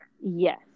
Yes